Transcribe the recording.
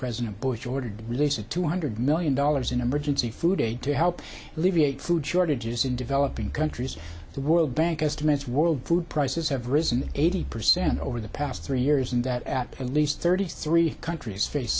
president bush ordered the release of two hundred million dollars in emergency food aid to help alleviate food shortages in developing countries the world bank estimates world food prices have risen eighty percent over the past three years and that at least thirty three countries face